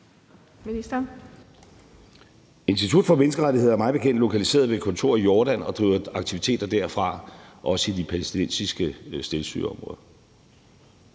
Institut for Menneskerettigheder er mig bekendt lokaliseret ved et kontor i Jordan og driver aktiviteter derfra, også i de palæstinensiske selvstyreområder.